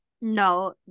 no